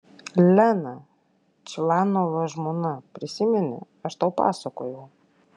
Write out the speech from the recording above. lena čvanovo žmona prisimeni aš tau pasakojau